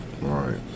right